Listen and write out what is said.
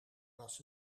was